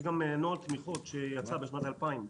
יש גם נוהל תמיכות שיצא בשנת 2020,